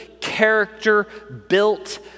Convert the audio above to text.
character-built